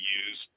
use